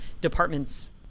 departments